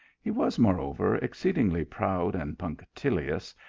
he was, moreover, exceedingly proud and punctil ious,